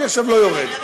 אני עכשיו לא יורד.